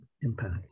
impact